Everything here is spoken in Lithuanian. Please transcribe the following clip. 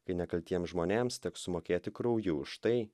kai nekaltiems žmonėms teks sumokėti krauju už tai